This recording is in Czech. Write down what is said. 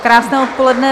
Krásné odpoledne.